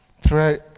throughout